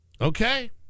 Okay